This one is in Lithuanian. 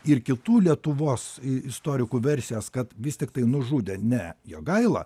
ir kitų lietuvos i istorikų versijas kad vis tiktai nužudė ne jogaila